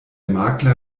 makler